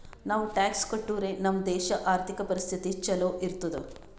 ನಾವು ಟ್ಯಾಕ್ಸ್ ಕಟ್ಟುರೆ ನಮ್ ದೇಶ ಆರ್ಥಿಕ ಪರಿಸ್ಥಿತಿ ಛಲೋ ಇರ್ತುದ್